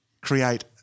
create